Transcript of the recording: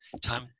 time